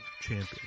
champion